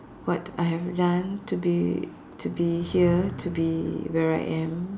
what I have done to be to be here to be where I am